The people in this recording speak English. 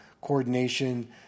coordination